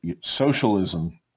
socialism